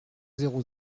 zéro